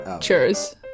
Cheers